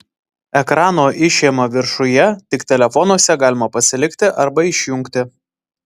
ekrano išėma viršuje tik telefonuose galima pasilikti arba išjungti